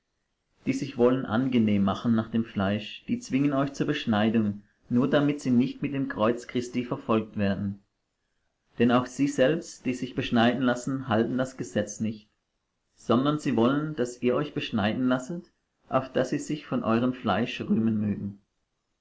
die sich wollen angenehm machen nach dem fleisch die zwingen euch zur beschneidung nur damit sie nicht mit dem kreuz christi verfolgt werden denn auch sie selbst die sich beschneiden lassen halten das gesetz nicht sondern sie wollen daß ihr euch beschneiden lasset auf daß sie sich von eurem fleisch rühmen mögen